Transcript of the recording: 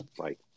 right